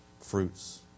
fruits